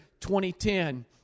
2010